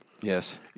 Yes